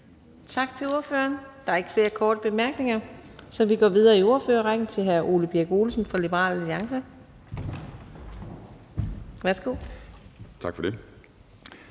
Tak til ordføreren. Der er ikke flere korte bemærkninger, så vi går videre i ordførerrækken til hr. Ole Birk Olesen fra Liberal Alliance. Værsgo. Kl.